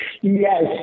Yes